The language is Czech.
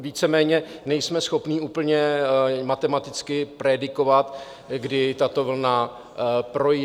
Víceméně nejsme schopni úplně matematicky predikovat, kdy tato vlna projde.